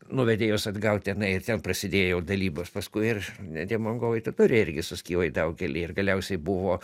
nuvedė juos atgauti jinai ir ten prasidėjo dalybos paskui ir ne tie mongolai totoriai irgi suskyla į daugelį ir galiausiai buvo